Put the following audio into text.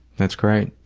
that's great.